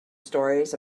stories